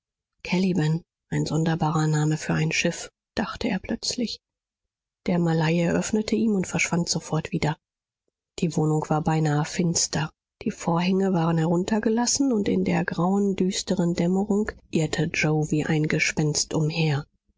caliban ein sonderbarer name für ein schiff dachte er plötzlich der malaie öffnete ihm und verschwand sofort wieder die wohnung war beinahe finster die vorhänge waren heruntergelassen und in der grauen düsteren dämmerung irrte yoe wie ein gespenst umher